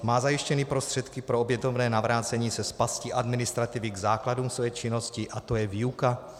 Má zajištěny prostředky pro opětovné navrácení se z pasti administrativy k základům své činnosti, a to je výuka?